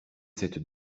cette